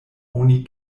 oni